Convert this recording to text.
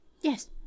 Yes